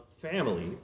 family